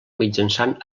mitjançant